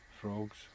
frogs